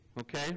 Okay